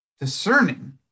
discerning